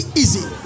easy